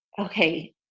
okay